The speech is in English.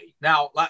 Now